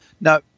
Now